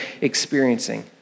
experiencing